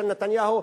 של נתניהו,